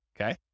okay